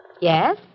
Yes